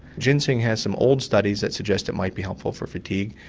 ginseng has some old studies that suggest it might be helpful for fatigue.